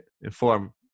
inform